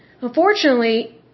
unfortunately